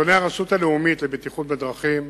מנתוני הרשות הלאומית לבטיחות בדרכים